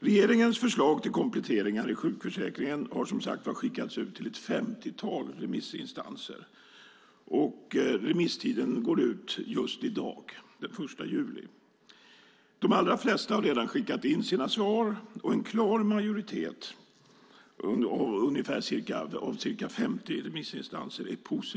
Regeringens förslag till kompletteringar i sjukförsäkringen har, som sagt, skickats ut till ett femtiotal remissinstanser; remisstiden går ut i dag den 1 juli. De allra flesta har redan skickat in sina svar, och en klar majoritet är övervägande positiva till regeringens förslag.